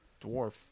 dwarf